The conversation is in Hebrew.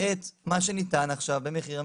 את מה שניתן עכשיו במחיר,